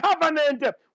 covenant